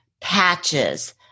patches